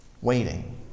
waiting